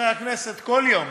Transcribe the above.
חברי הכנסת כל יום